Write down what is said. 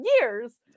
years